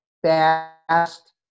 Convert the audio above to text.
fast